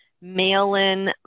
mail-in